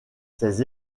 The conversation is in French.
ses